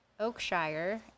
Oakshire